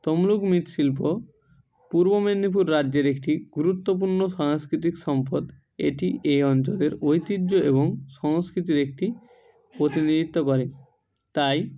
তমলুক মৃৎশিল্প পূর্ব মেদিনীপুর রাজ্যের একটি গুরুত্ব পূর্ণ সান্সক্রিতিন সম্পদ এটি এ অঞ্চলের ঐতিহ্য এবং সংস্কিতির একটি প্রতিনিধিত্ব করে তাই